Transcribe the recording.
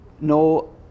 no